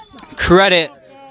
Credit